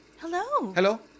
Hello